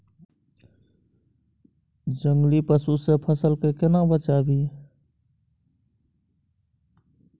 जंगली पसु से फसल के केना बचावी?